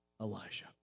Elijah